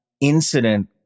incident